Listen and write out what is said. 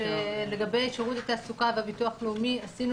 שלגבי שירות התעסוקה והביטוח הלאומי עשינו